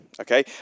okay